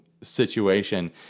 situation